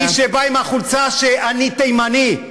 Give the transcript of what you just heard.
מי שבא עם החולצה "אני תימני,